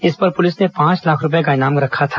इस पर पुलिस ने पांच लाख रूपए का इनाम रखा था